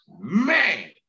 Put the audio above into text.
Man